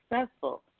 successful